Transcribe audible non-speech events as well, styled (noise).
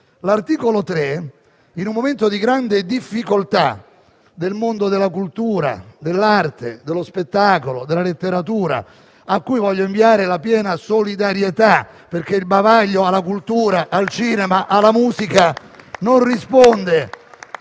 soprattutto in un momento di grande difficoltà per il mondo della cultura, dell'arte, dello spettacolo, della letteratura, al quale voglio inviare la piena solidarietà. (applause) Il bavaglio alla cultura, al cinema e alla musica non risponde